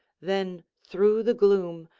then through the gloom,